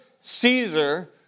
Caesar